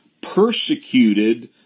persecuted